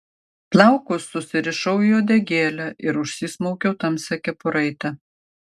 plaukus susirišau į uodegėlę ir užsismaukiau tamsią kepuraitę